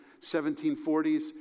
1740s